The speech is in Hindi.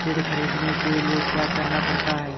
ऋण ख़रीदने के लिए क्या करना पड़ता है?